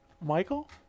Michael